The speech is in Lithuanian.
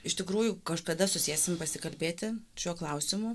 iš tikrųjų kažkada susėsim pasikalbėti šiuo klausimu